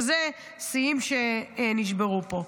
שזה שיאים שנשברו פה.